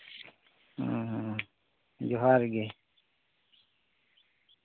ᱦᱩᱸ ᱦᱩᱸ ᱡᱚᱦᱟᱨ ᱜᱮ